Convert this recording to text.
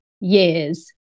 years